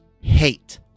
hate